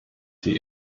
sie